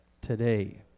today